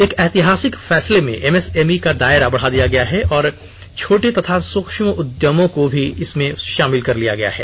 एक ऐतिहासिक फैसले में एमएसएमई का दायरा बढा दिया गया है और छोटे तथा सूक्ष्म उद्यमों को भी इसमें शामिल कर लिया गया है